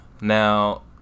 Now